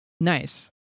Nice